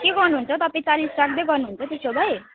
के गर्नुहुन्छ तपाईँ चालिस राख्दै गर्नुहुन्छ त्यसो भए